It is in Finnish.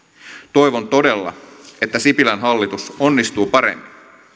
toivon todella että sipilän hallitus onnistuu paremmin